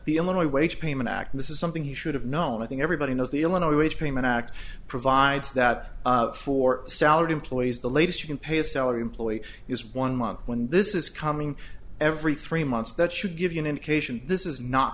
only way payment act this is something he should have known i think everybody knows the illinois wage payment act provides that for salaried employees the latest you can pay a salaried employee is one month when this is coming every three months that should give you an indication this is not